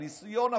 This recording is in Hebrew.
על ניסיון הפיכה.